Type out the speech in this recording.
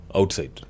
outside